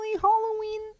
Halloween